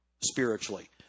spiritually